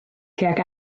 tuag